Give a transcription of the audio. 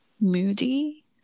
moody